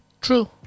True